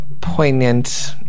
poignant